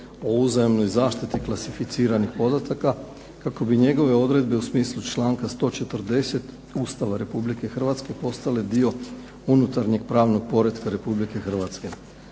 o uzajamnoj zaštiti klasificiranih podataka kako bi njegove odredbe u smislu članka 140. Ustava Republike Hrvatske postale dio unutarnjeg pravnog poretka Republike Hrvatske.